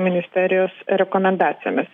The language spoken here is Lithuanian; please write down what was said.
ministerijos rekomendacijomis